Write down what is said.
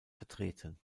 vertreten